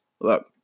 Look